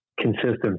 consistent